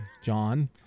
John